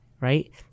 right